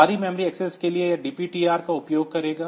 बाहरी memory access के लिए यह DPTR का उपयोग करेगा